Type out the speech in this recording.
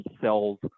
cells